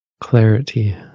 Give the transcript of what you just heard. clarity